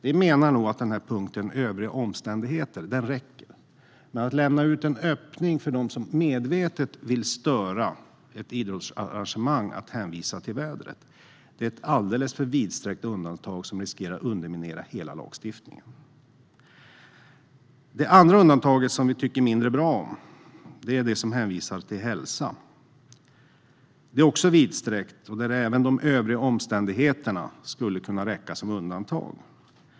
Vi menar att punkten Övriga omständigheter räcker. Att lämna en öppning för dem som medvetet vill störa ett idrottsarrangemang att hänvisa till vädret, som är ett alldeles för vidsträckt undantag, riskerar att underminera hela lagstiftningen. Det andra undantaget som vi tycker mindre bra om är det som hänvisar till hälsa. Det är också vidsträckt. Även där skulle Övriga omständigheter kunna räcka som undantag.